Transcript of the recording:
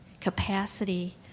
capacity